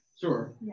Sure